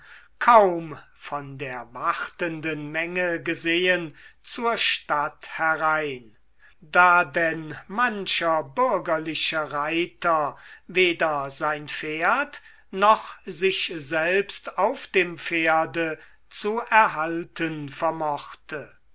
kaum von der wartenden menge gesehen zur stadt herein da denn mancher bürgerliche reiter weder sein pferd noch sich selbst auf dem pferde zu erhalten vermochte